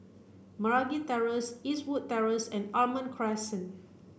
Meragi Terrace Eastwood Terrace and Almond Crescent